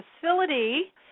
facility